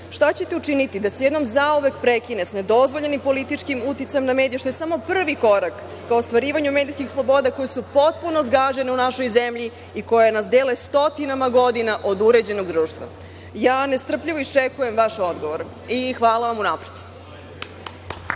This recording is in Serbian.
Šta ćete učiniti da se jednom zauvek prekine sa nedozvoljenim političkim uticajem na medije, što je samo prvi korak ka ostvarivanju medijskih sloboda koje su potpuno zgažene u našoj zemlji i koje nas dele stotinama godina od uređenog društva? Nestrpljivo iščekujem vaš odgovor. Hvala vam unapred.